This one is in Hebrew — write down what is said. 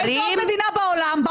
באיזה עוד מדינה בעולם --- טלי.